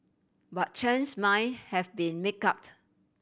but Chen's mind have been make up